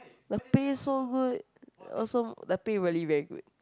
the pay so good also the pay really very good